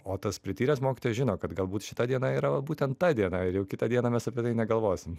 o tas prityręs mokytojas žino kad galbūt šita diena yra va būtent ta diena ir jau kitą dieną mes apie tai negalvosim